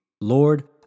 Lord